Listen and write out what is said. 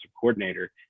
coordinator